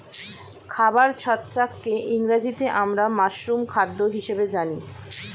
খাবার ছত্রাককে ইংরেজিতে আমরা মাশরুম খাদ্য হিসেবে জানি